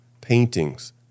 paintings